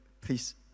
please